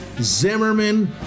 Zimmerman